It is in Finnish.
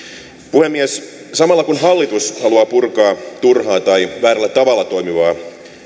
puhemies samalla kun hallitus haluaa purkaa turhaa tai väärällä tavalla toimivaa